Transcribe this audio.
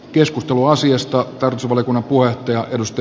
keskustelu asiasta päätös oli kun voittaja tunnusti